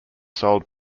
sold